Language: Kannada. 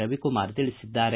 ರವಿಕುಮಾರ್ ತಿಳಿಸಿದ್ದಾರೆ